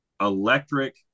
electric